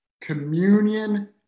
Communion